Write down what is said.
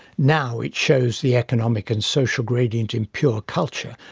now, it shows the economic and social gradient in pure culture,